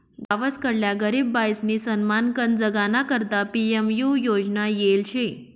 गावसकडल्या गरीब बायीसनी सन्मानकन जगाना करता पी.एम.यु योजना येल शे